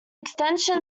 extension